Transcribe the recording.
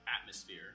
atmosphere